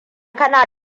kana